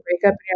breakup